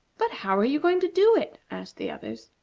but how are you going to do it? asked the others.